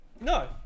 no